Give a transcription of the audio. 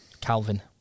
Calvin